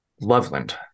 Loveland